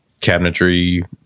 cabinetry